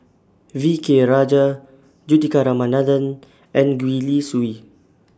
V K Rajah Juthika Ramanathan and Gwee Li Sui